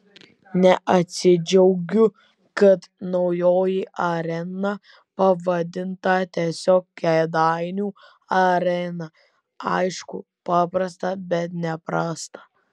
neatsidžiaugiu kad naujoji arena pavadinta tiesiog kėdainių arena aišku paprasta bet ne prasta